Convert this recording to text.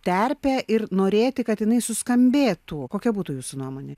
terpę ir norėti kad jinai suskambėtų kokia būtų jūsų nuomonė